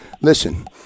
Listen